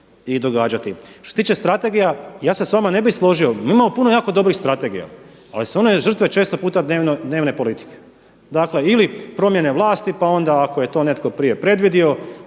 i događati. Što se tiče strategija ja se sa vama ne bih složio. Mi imamo puno jako dobrih strategija ali su one žrtve često puta dnevne politike, dakle ili promjene vlasti pa onda ako je to netko prije predvidio